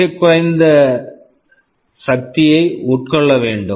மிகக் குறைந்த சக்தியை உட்கொள்ள வேண்டும்